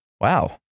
Wow